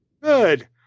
Good